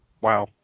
Wow